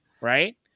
Right